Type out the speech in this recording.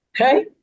okay